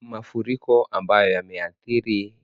Mafuriko ambayo yameathiri